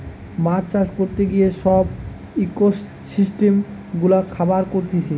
মাছ চাষ করতে গিয়ে সব ইকোসিস্টেম গুলা খারাব করতিছে